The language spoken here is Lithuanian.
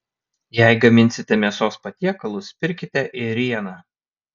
jei gaminsite mėsos patiekalus pirkite ėrieną